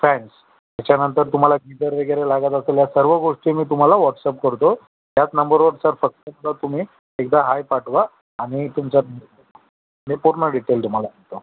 fans त्याच्यानंतर तुम्हाला geyser वगैरे लागत असल्या सर्व गोष्टी मी तुम्हाला वॉट्सअप करतो याच नंबरवर सर फक्त सर तुम्ही एकदा हाय पाठवा आम्ही तुमचा मी पूर्ण डिटेल तुम्हाला देतो